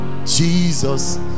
Jesus